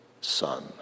son